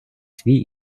свій